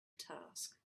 task